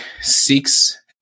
six